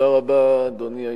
אדוני.